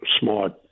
smart